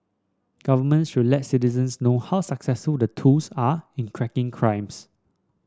governments should let citizens know how successful the tools are in cracking crimes